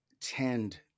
tend